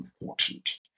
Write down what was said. important